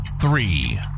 three